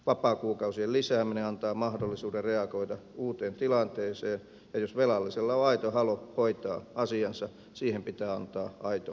vapaakuukausien lisääminen antaa mahdollisuuden reagoida uuteen tilanteeseen ja jos velallisella on aito halu hoitaa asiansa siihen pitää antaa aito mahdollisuus